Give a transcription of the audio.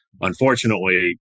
unfortunately